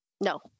no